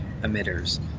emitters